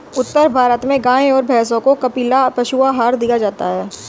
उत्तर भारत में गाय और भैंसों को कपिला पशु आहार दिया जाता है